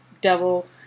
devil